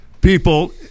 people